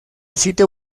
sitio